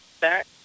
Back